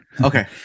Okay